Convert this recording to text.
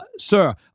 sir